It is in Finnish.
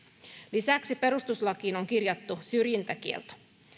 lisäksi perustuslakiin on kirjattu syrjintäkielto